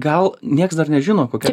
gal niekas dar nežino kokia